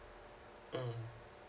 mm